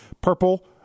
purple